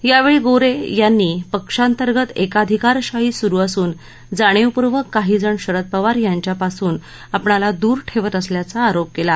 यावेळी गोरे यांनी पक्षांतर्गत एकाधिकारशाही सुरु असून जाणीवपुर्वक काहीजण शरद पवार यांच्यापासून आपणाला दुर ठेवत असल्याचा आरोप केला